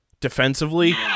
Defensively